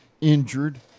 injured